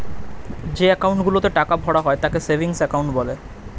যে অ্যাকাউন্ট গুলোতে টাকা ভরা হয় তাকে সেভিংস অ্যাকাউন্ট বলে